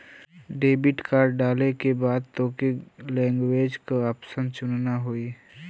debit card डाले के बाद तोके लैंग्वेज क ऑप्शन चुनना होई